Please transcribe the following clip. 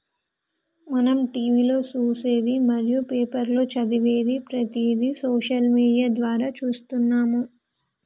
మనం టీవీలో చూసేది మరియు పేపర్లో చదివేది ప్రతిదీ సోషల్ మీడియా ద్వారా చూస్తున్నాము